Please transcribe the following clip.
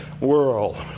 world